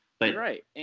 Right